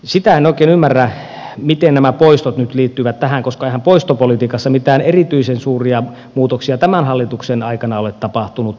sitä en oikein ymmärrä miten nämä poistot nyt liittyvät tähän koska eihän poistopolitiikassa mitään erityisen suuria muutoksia tämän hallituksen aikana ole tapahtunut